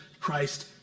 Christ